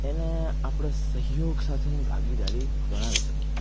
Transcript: એને આપણે સહયોગ સાથેની ભાગીદારી ગણાવી શકીએ